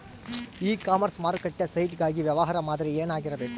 E commerce ಮಾರುಕಟ್ಟೆ site ಗಾಗಿ ವ್ಯವಹಾರ ಮಾದರಿ ಏನಾಗಿರಬೇಕು?